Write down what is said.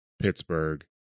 Pittsburgh